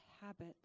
habit